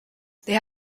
they